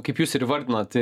kaip jūs ir įvardinot